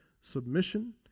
submission